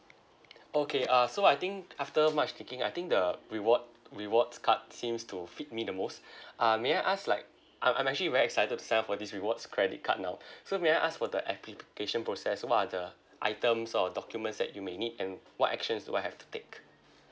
okay uh so I think after much thinking I think the reward rewards card seems to fit me the most uh may I ask like I'm I'm actually very excited to sign up for this rewards credit card now so may I ask for the application process what are the items or documents that you may need and what actions do I have to take